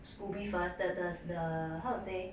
scoby first the does the how to say